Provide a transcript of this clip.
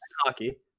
hockey